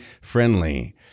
friendly